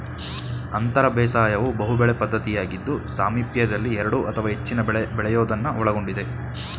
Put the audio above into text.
ಅಂತರ ಬೇಸಾಯವು ಬಹುಬೆಳೆ ಪದ್ಧತಿಯಾಗಿದ್ದು ಸಾಮೀಪ್ಯದಲ್ಲಿ ಎರಡು ಅಥವಾ ಹೆಚ್ಚಿನ ಬೆಳೆ ಬೆಳೆಯೋದನ್ನು ಒಳಗೊಂಡಿದೆ